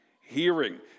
hearing